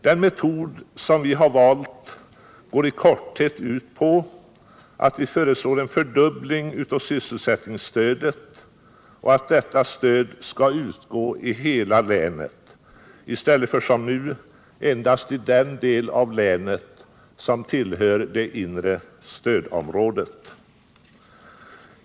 Den metod vi valt går i korthet ut på att vi föreslår en fördubbling av sysselsättningsstödet och att detta stöd skall utgå i hela länet, i stället för som nu endast i den del som tillhör det inre stödområdet.